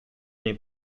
nei